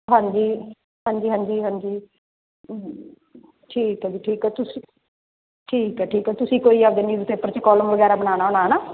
ਹਾਂਜੀ ਹਾਂਜੀ ਹਾਂਜੀ ਹਾਂਜੀ ਠੀਕ ਹੈ ਜੀ ਠੀਕ ਹੈ ਤੁਸੀਂ ਠੀਕ ਹੈ ਠੀਕ ਹੈ ਤੁਸੀਂ ਕੋਈ ਆਪਣੇ ਨਿਊਜ਼ ਪੇਪਰ 'ਚ ਕਾਲਮ ਵਗੈਰਾ ਬਣਾਉਣਾ ਹੋਣਾ ਹੈ ਨਾ